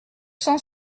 cent